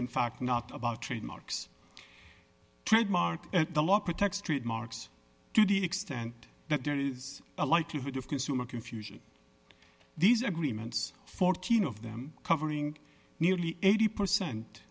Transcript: in fact not about trademarks trademark the law protects st marks to the extent that there is a likelihood of consumer confusion these agreements fourteen of them covering nearly eighty percent